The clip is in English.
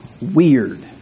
weird